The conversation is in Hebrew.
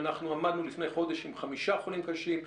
אם אנחנו עמדנו לפני חודש עם חמישה חולים קשים,